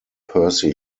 percy